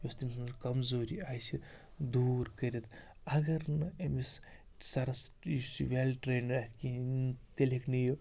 یۄس تٔمۍ منٛز سٕنٛز کَمزوری آسہِ دوٗر کٔرِتھ اگر نہٕ أمِس سَرَس یُس وٮ۪ل ٹرٛینٕڈ آسہِ کِہیٖنۍ تیٚلہِ ہیٚکہِ نہٕ یہِ